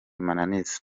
mananiza